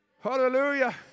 Hallelujah